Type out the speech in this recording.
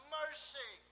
mercy